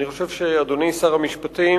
אני חושב, אדוני שר המשפטים,